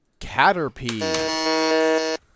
Caterpie